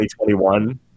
2021